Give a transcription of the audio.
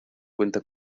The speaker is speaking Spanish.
cuenta